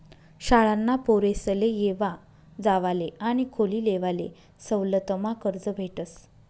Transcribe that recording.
शाळाना पोरेसले येवा जावाले आणि खोली लेवाले सवलतमा कर्ज भेटस